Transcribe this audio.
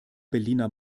berliner